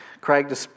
Craig